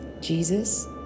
Jesus